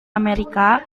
amerika